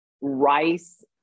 Rice